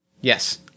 Yes